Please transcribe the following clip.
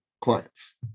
clients